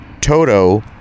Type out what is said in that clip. Toto